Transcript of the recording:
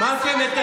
מה עשה לכם.